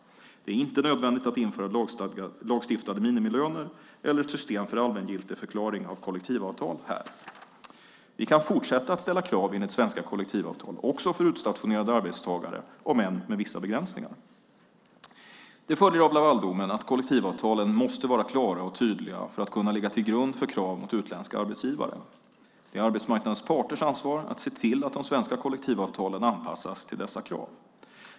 Det är inte nödvändigt att införa lagstiftade minimilöner eller ett system för allmängiltigförklaring av kollektivavtal här. Vi kan fortsätta att ställa krav enligt svenska kollektivavtal också för utstationerade arbetstagare, om än med vissa begränsningar. Det följer av Lavaldomen att kollektivavtalen måste vara klara och tydliga för att kunna ligga till grund för krav mot utländska arbetsgivare. Det är arbetsmarknadens parters ansvar att se till att de svenska kollektivavtalen anpassas till dessa krav.